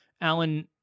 Alan